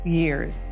years